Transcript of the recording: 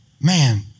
man